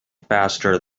faster